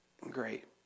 great